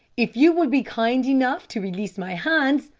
if you'll be kind enough to release my hands,